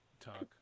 talk